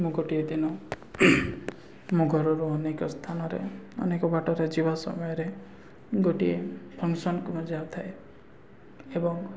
ମୁଁ ଗୋଟିଏ ଦିନ ମୋ ଘରରୁ ଅନେକ ସ୍ଥାନରେ ଅନେକ ବାଟରେ ଯିବା ସମୟରେ ଗୋଟିଏ ଫଙ୍କସନ୍କୁ ମଧ୍ୟ ଯାଉଥାଏ ଏବଂ